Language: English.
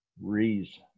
reason